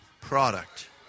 product